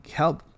help